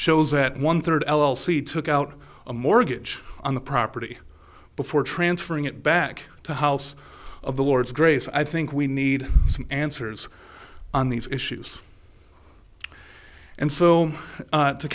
shows that one third l l c took out a mortgage on the property before transferring it back to house of the lords grace i think we need some answers on these issues and so